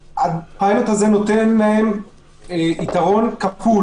אינדיקציה טובה לגבי איך יפעלו שאר הקניונים באותה קבוצה.